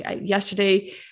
yesterday